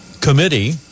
committee